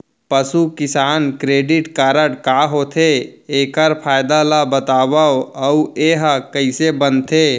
पसु किसान credit card का होथे, एखर फायदा ला बतावव अऊ एहा कइसे बनथे?